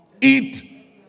Eat